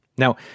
Now